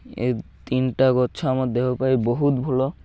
ଏ ତିନିଟା ଗଛ ଆମର ଦେହ ପାଇଁ ବହୁତ ଭଲ